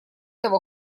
того